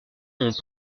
ont